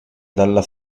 dalla